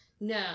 No